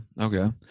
Okay